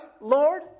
Lord